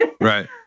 Right